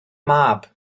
mab